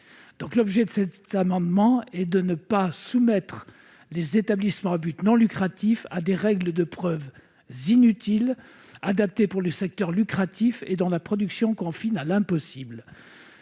L'objet de cet amendement est donc de dispenser les établissements à but non lucratif de l'application de règles de preuve inutiles adaptées pour le secteur lucratif, dont la production confine à l'impossible.